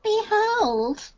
Behold